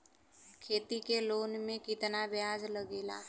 खेती के लोन में कितना ब्याज लगेला?